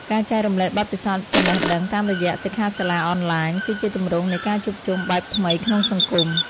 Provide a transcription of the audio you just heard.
ការចែករំលែកបទពិសោធន៍ចំណេះដឹងតាមរយៈសិក្ខាសាលាអនឡាញ គឺជាទម្រង់នៃការជួបជុំបែបថ្មីក្នុងសង្គម។